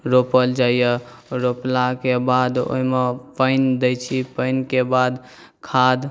रोपल जाइए रोपलाके बाद ओहिमे पानि दै छी पानिके बाद खाद